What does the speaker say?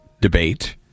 debate